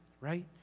right